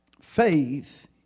faith